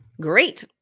Great